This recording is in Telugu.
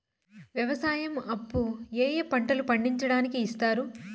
వ్యవసాయం అప్పు ఏ ఏ పంటలు పండించడానికి ఇస్తారు?